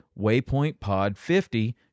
waypointpod50